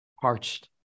Parched